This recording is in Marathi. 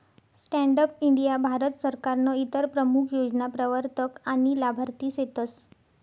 स्टॅण्डप इंडीया भारत सरकारनं इतर प्रमूख योजना प्रवरतक आनी लाभार्थी सेतस